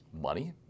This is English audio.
money